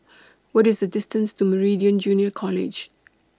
What IS The distance to Meridian Junior College